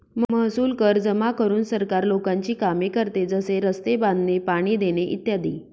महसूल कर जमा करून सरकार लोकांची कामे करते, जसे रस्ते बांधणे, पाणी देणे इ